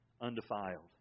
undefiled